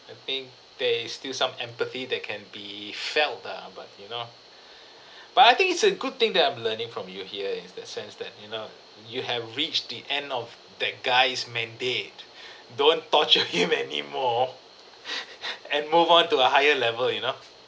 I think there is still some empathy that can be felt ah but you know but I think it's a good thing that I'm learning from you here is that sense that you know you have reached the end of that guy's mandate don't torture him any more and move on to a higher level you know